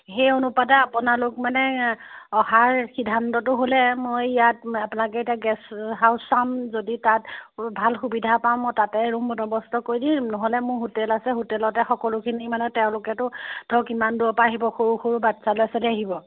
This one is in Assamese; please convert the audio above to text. সেই অনুপাতে আপোনালোক মানে অহাৰ সিদ্ধান্তটো হ'লে মই ইয়াত আপোনালোকে গেষ্ট হাউচ চাম যদি তাত ভাল সুবিধা পাওঁ মই তাতে ৰুম বন্দৱস্ত কৰি দিম নহ'লে মোৰ হোটেল আছে হোটেলতে সকলোখিনি মানে তেওঁলোকেটো ধৰক ইমান দূৰৰপৰা আহিব সৰু সৰু বাচ্ছা ল'ৰা ছোৱালী আহিব